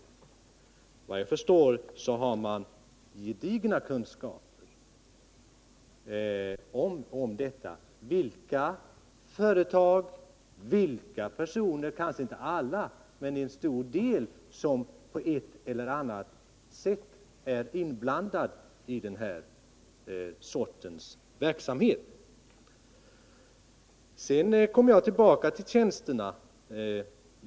Såvitt jag förstår har man där också gedigna kunskaper om vilka företag och vilka personer — man kanske inte känner till alla, men en stor del — som på ett eller annat sätt är inblandade i den sortens verksamhet. Jag kommer tillbaka till frågan om tjänsterna.